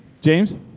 James